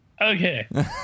Okay